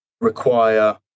require